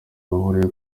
bahuriye